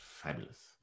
Fabulous